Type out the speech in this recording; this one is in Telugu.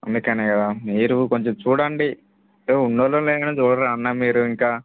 అందుకనే కదా మీరు కొంచెం చూడండి అంటే ఉన్నోళ్ళు లేనోళ్ళు చూడరా అన్నా మీరు ఇంకా